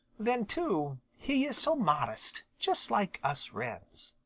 then, too, he is so modest, just like us wrens.